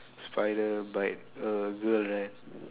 spider bite a girl right